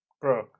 Bro